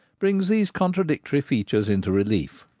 brings these contradictory features into relief.